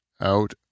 Out